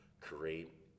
create